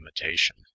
imitation